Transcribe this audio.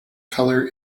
colour